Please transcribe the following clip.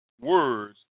words